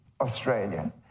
Australia